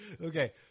Okay